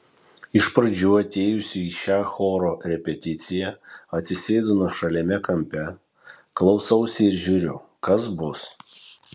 iš pradžių atėjusi į šią choro repeticiją atsisėdu nuošaliame kampe klausausi ir žiūriu kas bus